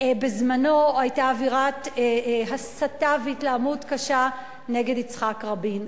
בזמנו היתה אווירת הסתה והתלהמות קשה נגד יצחק רבין.